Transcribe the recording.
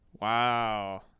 Wow